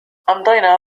أمضينا